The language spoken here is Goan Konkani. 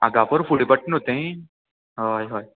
आगापूर फुडें पडटा न्हू तें हय हय